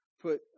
put